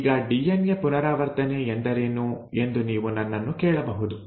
ಈಗ ಡಿಎನ್ಎ ಪುನರಾವರ್ತನೆ ಎಂದರೇನು ಎಂದು ನೀವು ನನ್ನನ್ನು ಕೇಳಬಹುದು